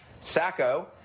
Sacco